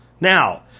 Now